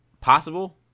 possible